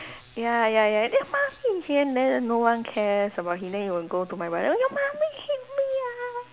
ya ya ya your mummy then then no one cares about him then he will like go my brother your mummy hit me ah